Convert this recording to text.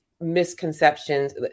misconceptions